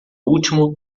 último